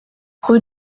rue